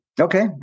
Okay